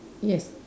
yes